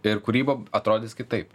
ir kūryba atrodys kitaip